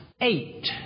eight